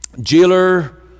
jailer